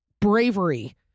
bravery